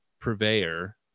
purveyor